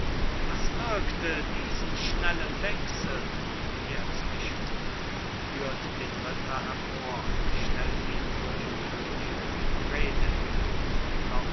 was wirkte diesen schnellen wechsel erzbischof führt den ritter hervor und stellt ihn vor den könig redet